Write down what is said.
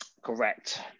Correct